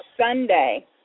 Sunday